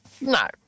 No